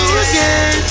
again